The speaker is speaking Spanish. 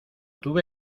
tuve